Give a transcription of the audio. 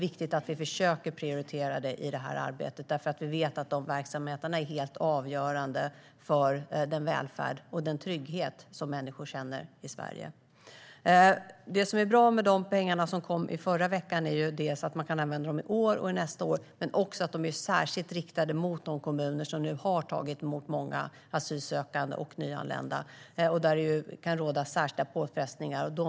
Vi vet att de verksamheterna är helt avgörande för den välfärd och den trygghet som människor känner i Sverige. Det som är bra med de pengar som avsattes förra veckan är ju att man kan använda dem dels i år, dels nästa år. De är också särskilt riktade till de kommuner som nu har tagit emot många asylsökande och nyanlända som kan innebära särskilda påfrestningar.